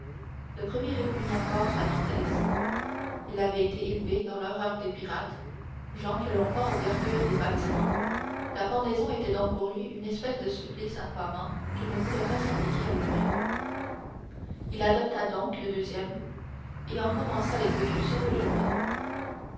le premier répugna fort à dantès il avait été élevé dans l'horreur des pirates gens que l'on pend aux vergues des bâtiments la pendaison était donc pour lui une espèce de supplice infamant qu'il ne voulait pas s'appliquer à lui-même il adopta donc le deuxième et en commença l'exécution le jour même